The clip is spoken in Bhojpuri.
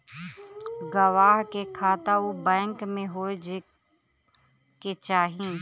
गवाह के खाता उ बैंक में होए के चाही